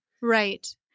Right